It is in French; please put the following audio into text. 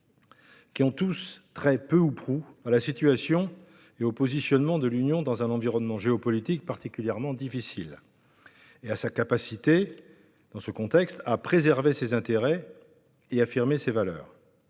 qui concernent tous trait, peu ou prou, la situation et le positionnement de l'Union européenne dans un environnement géopolitique particulièrement difficile, ainsi que sa capacité, dans ce contexte, à préserver ses intérêts et affirmer ses valeurs.